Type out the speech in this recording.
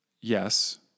Yes